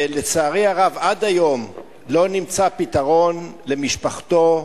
לצערי הרב, עד היום לא נמצא פתרון למשפחתו,